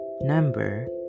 number